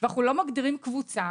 ואנחנו לא מגדירים קבוצה,